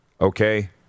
okay